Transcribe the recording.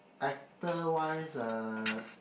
actor wise uh